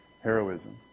heroism